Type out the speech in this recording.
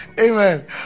Amen